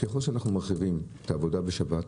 ככל שאנחנו מרחיבים את העבודה בשבת,